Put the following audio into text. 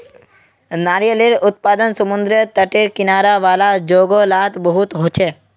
नारियालेर उत्पादन समुद्री तटेर किनारा वाला जोगो लात बहुत होचे